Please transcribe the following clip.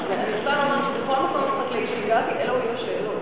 בכל מקום חקלאי שהגעתי אלו היו השאלות.